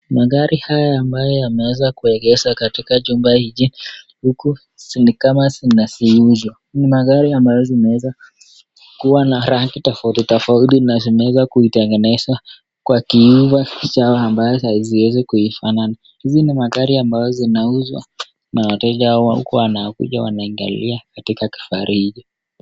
Magari haya ambayo yameweza kuegeshwa katika chumba hichi huku ni kama zinauzwa, ni magari ambayo inaweza kuwa na rangi tofauti tofauti na zimeweza kutengenezwa kwa kinyumba chao ambazo haziwezi kuifanana, hizi ni magari ambazo zinauzwa na wateja huku wanakuja wanaangalia katika kifahari hicho.